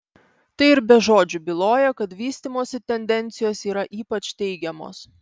tai ir be žodžių byloja kad vystymosi tendencijos yra ypač teigiamos